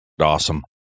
Awesome